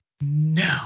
no